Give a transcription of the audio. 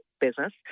business